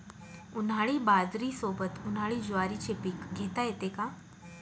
उन्हाळी बाजरीसोबत, उन्हाळी ज्वारीचे पीक घेता येते का?